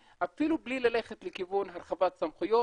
אפילו בלי ללכת לכיוון של הרחבת סמכויות,